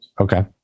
Okay